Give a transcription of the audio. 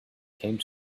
came